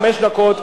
חמש דקות.